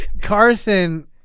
Carson